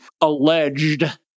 alleged